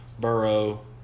Burrow